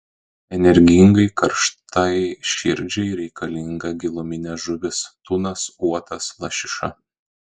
energingai karštai širdžiai reikalinga giluminė žuvis tunas uotas lašiša